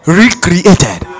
recreated